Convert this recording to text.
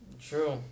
True